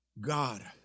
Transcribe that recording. God